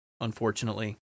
unfortunately